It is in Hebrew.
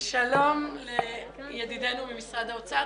שלום לידידנו ממשרד האוצר.